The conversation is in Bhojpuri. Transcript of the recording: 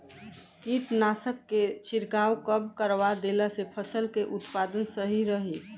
कीटनाशक के छिड़काव कब करवा देला से फसल के उत्पादन सही रही?